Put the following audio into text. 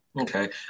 okay